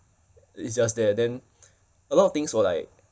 it's just there then a lot of things were like